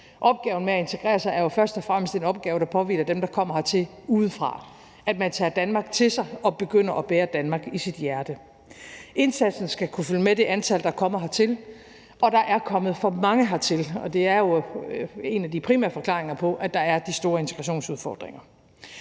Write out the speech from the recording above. opgave. At integrere sig er jo først og fremmest en opgave, der påhviler dem, der kommer hertil udefra, ved at man tager Danmark til sig og begynder at bære Danmark i sit hjerte. Indsatsen skal kunne følge med det antal, der kommer hertil, og der er kommet for mange hertil. Det er jo en af de primære forklaringer på, at der er de store integrationsudfordringer.